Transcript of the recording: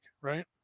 right